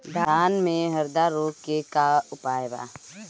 धान में हरदा रोग के का उपाय बा?